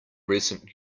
recent